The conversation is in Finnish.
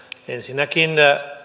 ensinnäkin